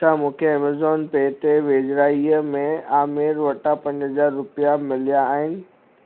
छा मूंखे Amazon pay ते वेझिड़ाईअ में आमिर वटां पंज हज़ार रुपिया मिलिया आहिनि